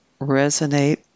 resonate